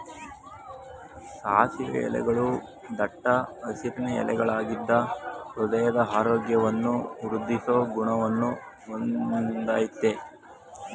ಸಾಸಿವೆ ಎಲೆಗಳೂ ದಟ್ಟ ಹಸಿರಿನ ಎಲೆಗಳಾಗಿದ್ದು ಹೃದಯದ ಆರೋಗ್ಯವನ್ನು ವೃದ್ದಿಸೋ ಗುಣವನ್ನ ಹೊಂದಯ್ತೆ